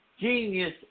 genius